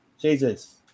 Jesus